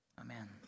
Amen